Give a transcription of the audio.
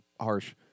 harsh